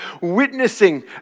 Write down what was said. witnessing